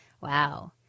Wow